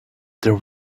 there